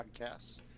podcasts